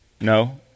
No